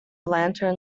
lantern